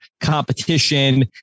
competition